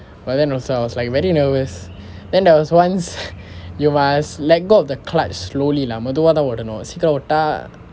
but then also I was like very nervous then there was once you must let go of the clutch slowly lah மெதுவாத்தான் விடணும் சீக்கிரம் விட்டா:methuvaathaan vidanum sikkiram vittaa